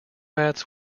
mats